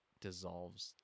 dissolves